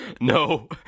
No